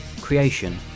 creation